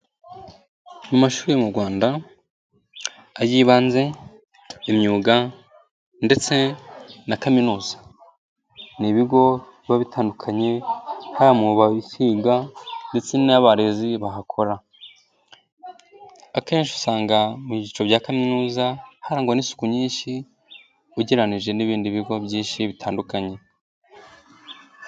Amashuri mu rwanda ay'ibanze, imyuga ndetse na kaminuza. Ni ibigo biba bitandukanye haba mu babyiga ndetse n'abarez bahakora. Akenshi usanga mu byiciro bya kaminuza harangwa n'isuku nyinshi ugereyije n'ibindi bigo byinshi bitandukanye.